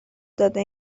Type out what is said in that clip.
داده